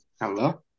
Hello